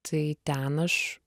tai ten aš